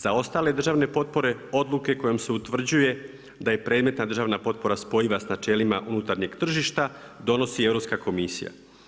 Za ostale državne potpore odluke kojima se utvrđuje da je predmetna državna potpora spojiva sa načelima unutarnjeg tržišta donosi Europska komisija.